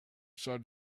son